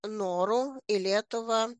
noru į lietuvą